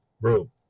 room